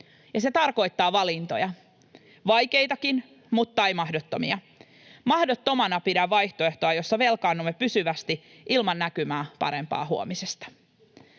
Se tarkoittaa valintoja, vaikeitakin mutta ei mahdottomia. Mahdottomana pidän vaihtoehtoa, jossa velkaannumme pysyvästi, ilman näkymää paremmasta huomisesta.